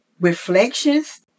reflections